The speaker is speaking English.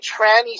trannies